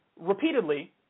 repeatedly